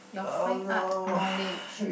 your fine art knowledge